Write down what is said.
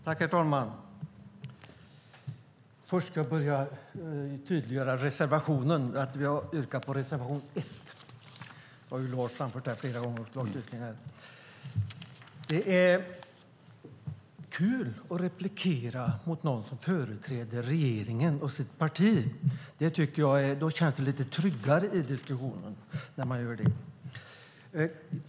Herr talman! Först ska jag tydliggöra att jag yrkar bifall till reservation 1. Det är kul att replikera mot någon som företräder regeringen och sitt parti. Det känns lite tryggare i diskussionen när man gör det.